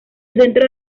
centro